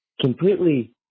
completely